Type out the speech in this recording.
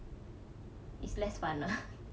it's less fun lah